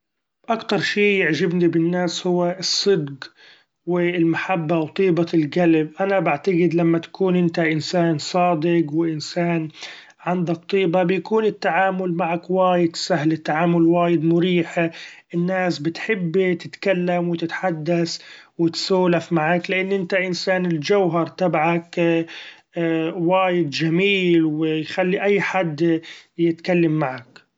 أكتر شي يعجبني بالناس هو الصدق و المحبة و طيبة القلب ، أنا بعتقد لما تكون أنت انسان صادق و انسان عندك طيبه بيكون التعامل معك وايد سهل التعامل وايد مريح ، الناس بتحب تتكلم و تتحدث و تسولف معاك لأن أنت انسان الجوهر تبعك وايد جميل و يخلي اي حد يتكلم معك.